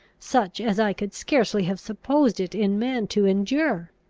such as i could scarcely have supposed it in man to endure?